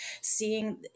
seeing